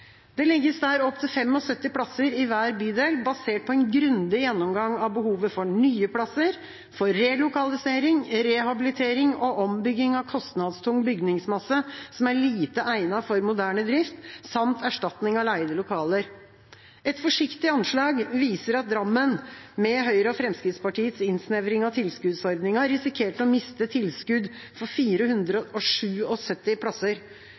Det legges der opp til 75 plasser i hver bydel, basert på en grundig gjennomgang av behovet for nye plasser, for relokalisering, rehabilitering og ombygging av kostnadstung bygningsmasse som er lite egnet for moderne drift, samt erstatning av leide lokaler. Et forsiktig anslag viser at Drammen, med Høyre og Fremskrittspartiets innsnevring av tilskuddsordningen, risikerte å miste tilskudd for 477 plasser.